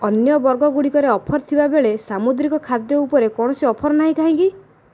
ଅନ୍ୟ ବର୍ଗଗୁଡ଼ିକରେ ଅଫର୍ ଥିବାବେଳେ ସାମୁଦ୍ରିକ ଖାଦ୍ୟ ଉପରେ କୌଣସି ଅଫର୍ ନାହିଁ କାହିଁକି